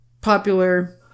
popular